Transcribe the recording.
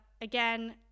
again